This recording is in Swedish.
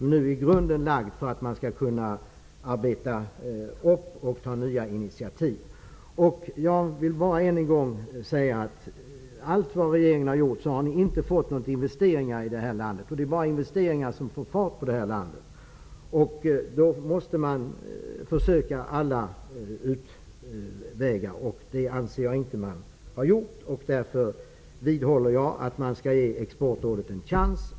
Nu är grunden lagd för att man skall arbeta vidare och ta nya initiativ. Jag vill än en gång säga: Vad regeringen än har gjort har den inte fått till några investeringar i det här landet, och det är bara investeringar som får fart på Sverige. Då måste den söka andra utvägar. Det anser jag att den inte har gjort. Därför vidhåller jag att Exportrådet skall ges en chans.